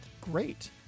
Great